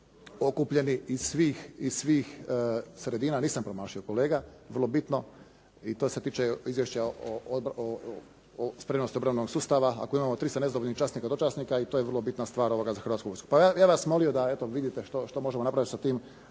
iz svih sredina, nisam promašio kolega, vrlo bitno i to se tiče izvješća o spremnosti obrambenog sustava. Ako imamo 300 nezadovoljnih časnika, dočasnika i to je vrlo bitna stvar za Hrvatsku vojsku. Pa ja bih vas molio da eto vidite što možemo napraviti sa tim